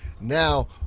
now